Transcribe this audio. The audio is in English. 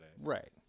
Right